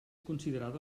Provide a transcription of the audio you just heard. considerada